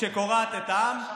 שקורעת את העם.